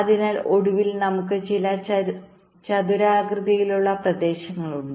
അതിനാൽ ഒടുവിൽ നമുക്ക് ചില ചതുരാകൃതിയിലുള്ള പ്രദേശങ്ങളുണ്ട്